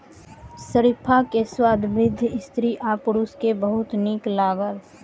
शरीफा के स्वाद वृद्ध स्त्री आ पुरुष के बहुत नीक लागल